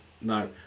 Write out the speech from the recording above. No